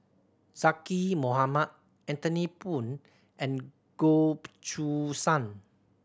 Zaqy Mohamad Anthony Poon and Goh Choo San